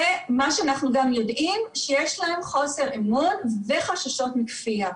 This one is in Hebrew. ומה שאנחנו גם יודעים שיש להם חוסר אמון וחששות מכפייה.